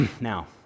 Now